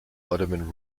ottoman